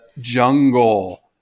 jungle